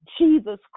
Jesus